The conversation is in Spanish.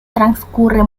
transcurre